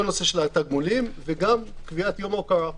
כל הנושא של התגמולים וגם קביעת יום ההוקרה,